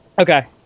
Okay